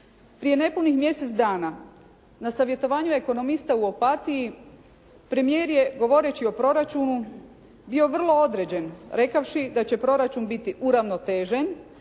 Prije nepunih mjesec dana na savjetovanju ekonomista u Opatiji premijer je govoreći o proračunu bio vrlo određen rekavši da će proračun biti uravnotežen,